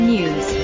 News